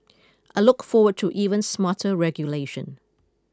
I look forward to even smarter regulation